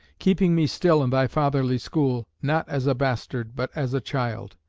keeping me still in thy fatherly school, not as a bastard, but as a child.